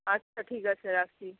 আচ্ছা ঠিক আছে রাখছি